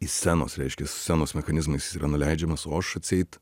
į scenos reiškia su scenos mechanizmas jis yra nuleidžiamas o aš atseit